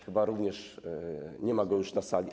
Chyba również nie ma go już na sali.